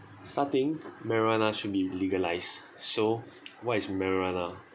starting marijuana should be legalised so what is marijuana